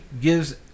gives